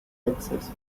texas